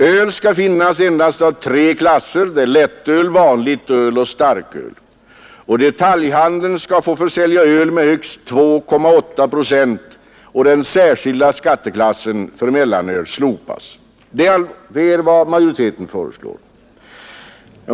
Öl skall finnas endast i tre klasser: lättöl, vanligt öl och starköl, och detaljhandeln skall få sälja öl med högst 2,8 procent alkohol. Den särskilda skatteklassen för mellanöl slopas. Det är vad majoriteten föreslår.